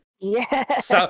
Yes